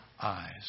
eyes